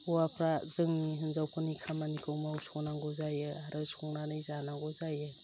हौवाफ्रा जोंनि हिन्जावफोरनि खामानिखौ मावस'नांगौ जायो आरो संनानै जानांगौ जायो